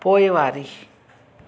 पोइवारी